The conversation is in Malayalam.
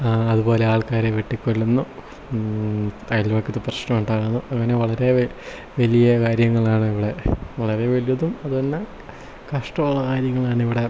അതുപോലെ ആൾക്കാരെ വെട്ടിക്കൊല്ലുന്നു അയൽപ്പക്കത്തു പ്രശ്നം ഉണ്ടാകുന്നു അങ്ങനെ വളരെ വലിയ കാര്യങ്ങളാണ് ഇവിടെ വളരെ വലുതും അതുപോലെ തന്നെ കഷ്ടമായ കാര്യങ്ങളാണിവിടെ